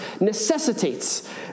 necessitates